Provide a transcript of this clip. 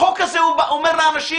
החוק הזה אומר לאנשים,